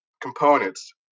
components